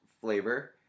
flavor